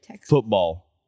football